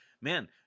Man